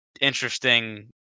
interesting